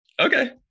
Okay